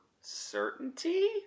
certainty